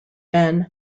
ben